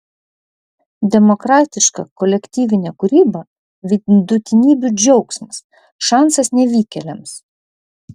demokratiška kolektyvinė kūryba vidutinybių džiaugsmas šansas nevykėliams